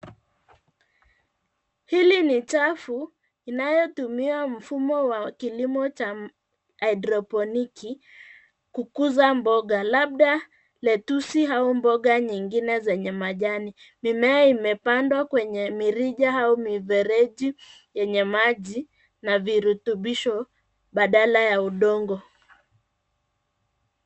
Hili ni chafu, inayotumia mfumo wa kilimo cha haidroponiki kukuza mboga labda lettuce au mboga nyingine zenye majani. Mimea imepandwa kwenye mirija au mifereji yenye maji na virutubisho badala ya udongo.